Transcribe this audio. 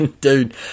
Dude